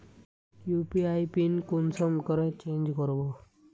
UPI PIN कुंसम करे change करबो?